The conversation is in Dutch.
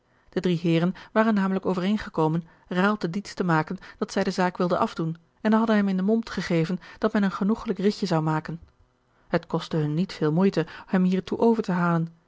de drie heeren waren namelijk overeengekomen raalte diets te maken dat zij de zaak wilden afdoen en hadden hem in den mond gegeven dat men een genoegelijk ridje zou maken het kostte hun niet veel moeite hem hiertoe over te halen